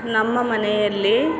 ನಮ್ಮ ಮನೆಯಲ್ಲಿ